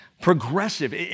Progressive